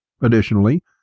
Additionally